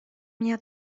меня